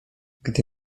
gdy